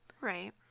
Right